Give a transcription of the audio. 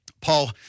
Paul